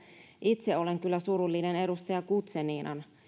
itse olen kyllä surullinen edustaja guzeninan